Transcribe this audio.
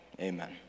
Amen